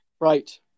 Right